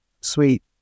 sweet